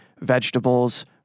vegetables